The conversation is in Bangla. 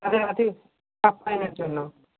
জন্য